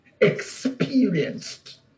experienced